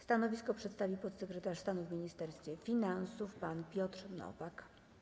Stanowisko przedstawi podsekretarz stanu w Ministerstwie Finansów pan Piotr Nowak.